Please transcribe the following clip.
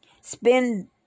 spend